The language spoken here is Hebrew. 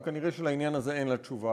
וכנראה על העניין הזה אין לה תשובה,